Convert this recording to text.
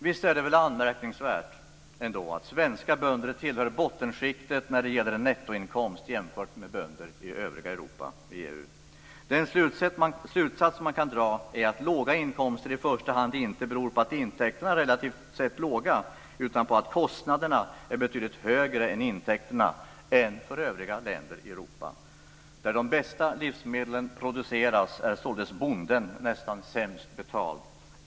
Visst är det väl anmärkningsvärt ändå att svenska bönder tillhör bottenskiktet när det gäller nettoinkomst, jämfört med bönder i övriga EU. Den slutsats man kan dra är att låga inkomster i första hand inte beror på att intäkterna är relativt sett låga, utan på att kostnaderna är betydligt högre än intäkterna jämfört med övriga länder i Europa. Där de bästa livsmedlen produceras är således bonden nästan sämst betald.